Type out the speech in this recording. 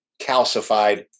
calcified